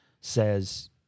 says